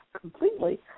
completely